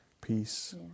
Peace